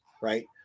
right